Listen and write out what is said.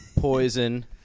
poison